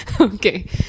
Okay